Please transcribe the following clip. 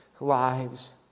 lives